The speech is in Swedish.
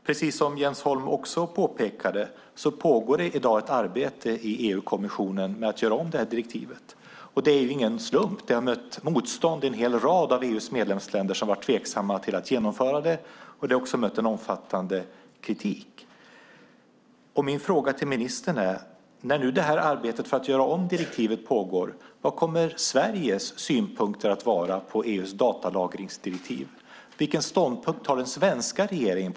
Precis som Jens Holm också påpekade pågår i dag ett arbete i EU-kommissionen med att göra om direktivet. Detta är ingen slump; direktivet har mött motstånd i en hel rad av EU:s medlemsländer, som har varit tveksamma till att genomföra det. Det har också mött en omfattande kritik. Mina frågor till ministern är: När nu arbetet för att göra om direktivet pågår, vad kommer Sveriges synpunkter på EU:s datalagringsdirektiv att vara? Vilken ståndpunkt har den svenska regeringen?